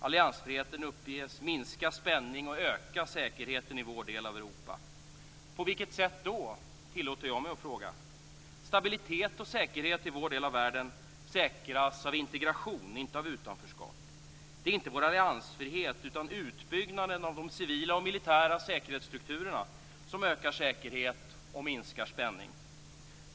Alliansfriheten uppges minska spänning och öka säkerheten i vår del av Europa. På vilket sätt då, tilllåter jag mig att fråga. Stabilitet och säkerhet i vår del av världen säkras av integration, inte av utanförskap. Det är inte vår alliansfrihet utan utbyggnaden av de civila och militära säkerhetsstrukturerna som ökar säkerhet och minskar spänning.